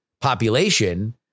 population